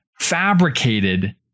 fabricated